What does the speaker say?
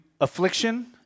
affliction